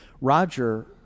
roger